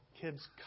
Kids